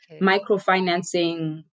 microfinancing